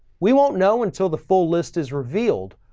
we won't know until the full list is revealed,